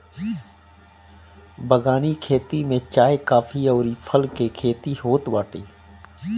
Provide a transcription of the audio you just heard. बगानी खेती में चाय, काफी अउरी फल के खेती होत बाटे